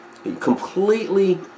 completely